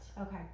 okay